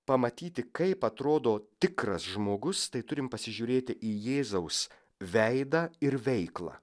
pamatyti kaip atrodo tikras žmogus tai turim pasižiūrėti į jėzaus veidą ir veiklą